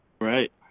Right